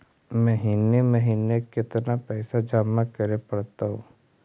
महिने महिने केतना पैसा जमा करे पड़तै?